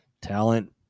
talent